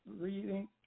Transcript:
reading